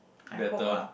better